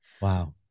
Wow